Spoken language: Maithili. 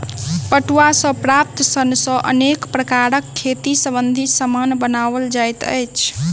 पटुआ सॅ प्राप्त सन सॅ अनेक प्रकारक खेती संबंधी सामान बनओल जाइत अछि